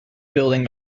building